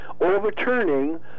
overturning